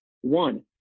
one